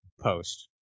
post